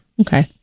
okay